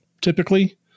Typically